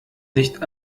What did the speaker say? nicht